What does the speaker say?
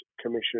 Commission